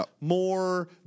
more